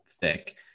thick